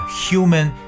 human